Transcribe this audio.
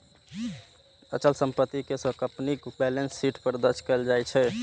अचल संपत्ति कें कंपनीक बैलेंस शीट पर दर्ज कैल जाइ छै